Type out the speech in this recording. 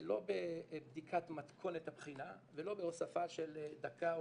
לא בבדיקת מתכונת הבחינה ולא בהוספה של דקה או